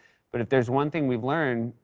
but if there's one thing we've learned,